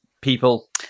people